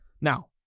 Now